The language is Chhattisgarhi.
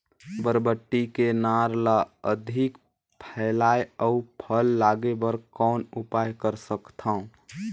बरबट्टी के नार ल अधिक फैलाय अउ फल लागे बर कौन उपाय कर सकथव?